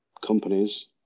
companies